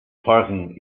parking